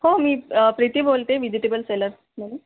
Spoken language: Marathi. हो मी प्रीती बोलते विजिटेबल सेलर्समधून